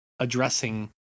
addressing